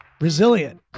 Resilient